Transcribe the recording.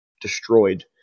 destroyed